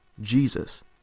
Jesus